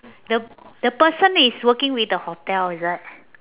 the the person is working with the hotel is it